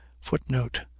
Footnote